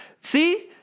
See